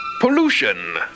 Pollution